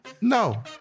no